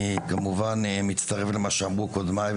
אני כמובן מצטרף למה שאמרו קודמיי,